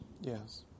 yes